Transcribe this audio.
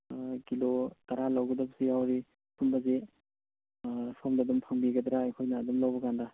kilo ꯇꯔꯥ ꯂꯧꯒꯗꯕꯁꯨ ꯌꯧꯔꯤ ꯑꯄꯨꯟꯕꯁꯦ ꯁꯣꯝꯗ ꯑꯗꯨꯝ ꯐꯪꯕꯤꯒꯗ꯭ꯔ ꯑꯩꯈꯣꯏꯅ ꯑꯗꯨꯝ ꯂꯧꯕ ꯀꯥꯟꯗ